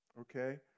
Okay